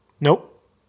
Nope